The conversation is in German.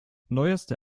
neueste